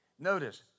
Notice